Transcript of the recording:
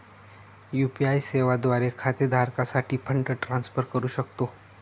UPI सेवा द्वारे खाते धारकासाठी फंड ट्रान्सफर करू शकतो